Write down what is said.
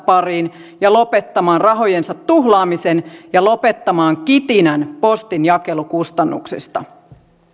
pariin ja lopettamaan rahojensa tuhlaaminen ja kitinä postin jakelukustannuksista